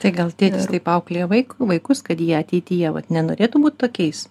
tai gal tėtis taip auklėja vaiką vaikus kad jie ateityje vat nenorėtų būti tokiais